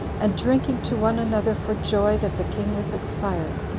and drinking to one another for joy that the king was expired.